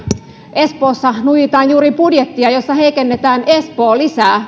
espoossa nuijitaan juuri budjettia jossa heikennetään espoo lisää